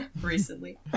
recently